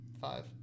five